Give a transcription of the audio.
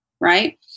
Right